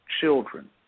children